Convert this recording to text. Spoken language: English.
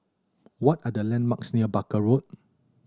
what are the landmarks near Barker Road